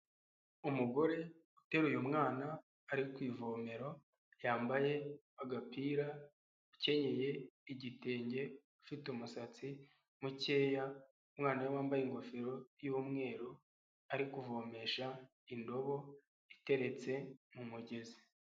Umugore uteruye mwana ari ku ivomero, yambaye agapira, ukenyeye igitenge, ufite umusatsi mukeya, umwana we wambaye ingofero y'umweru, ari kuvomesha indobo iteretse mu mugezi.